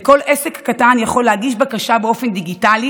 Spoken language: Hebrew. וכל עסק קטן יכול להגיש בקשה באופן דיגיטלי